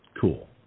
cool